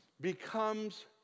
becomes